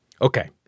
Okay